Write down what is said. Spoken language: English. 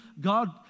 God